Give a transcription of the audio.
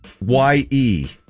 Y-E